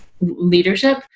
leadership